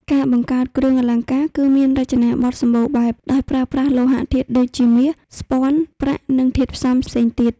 ការបង្កើតគ្រឿងអលង្ការគឺមានរចនាបទសម្បូរបែប ដោយប្រើប្រាស់លោហៈធាតុដូចជា មាស ស្ពាន់ ប្រាក់ និងធាតុផ្សំផ្សេងទៀត។